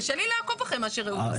קשה לי לעקוב אחרי מה שרעות אומרת.